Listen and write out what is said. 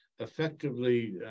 effectively